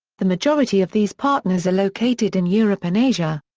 the majority of these partners are located in europe and asia.